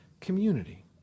community